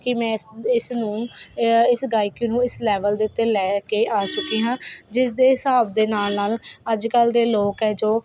ਕਿ ਮੈਂ ਇਸ ਇਸ ਨੂੰ ਇਸ ਗਾਇਕੀ ਨੂੰ ਇਸ ਲੈਵਲ ਦੇ ਉੱਤੇ ਲੈ ਕੇ ਆ ਚੁੱਕੀ ਹਾਂ ਜਿਸ ਦੇ ਹਿਸਾਬ ਦੇ ਨਾਲ ਨਾਲ ਅੱਜ ਕੱਲ੍ਹ ਦੇ ਲੋਕ ਹੈ ਜੋ